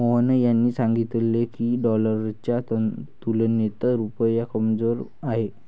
मोहन यांनी सांगितले की, डॉलरच्या तुलनेत रुपया कमजोर आहे